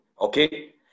Okay